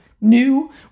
New